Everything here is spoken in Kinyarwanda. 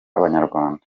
abanyarwanda